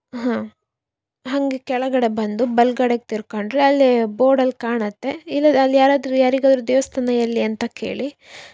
ಹಾಂ ಹಾಗೆ ಕೆಳಗಡೆ ಬಂದು ಬಲ್ಗಡೆಗೆ ತಿರ್ಕೊಂಡ್ರೆ ಅಲ್ಲೇ ಬೋರ್ಡಲ್ಲಿ ಕಾಣುತ್ತೆ ಇಲ್ಲ ಅಲ್ಲಿ ಯಾರಾದರೂ ಯಾರಿಗಾದರೂ ದೇವಸ್ಥಾನ ಎಲ್ಲಿ ಅಂತ ಕೇಳಿ